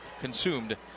consumed